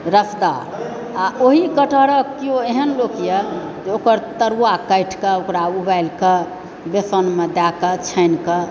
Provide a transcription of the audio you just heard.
रसदार आओर ओहि कटहरक केओ एहन लोक यऽ जे ओकर तरुआ काटिके ओकरा उबालिकऽ बेसनमे दए कऽ छानिकऽ तब